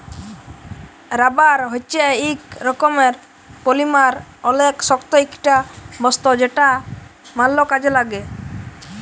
rubber হচ্যে ইক রকমের পলিমার অলেক শক্ত ইকটা বস্তু যেটা ম্যাল কাজে লাগ্যে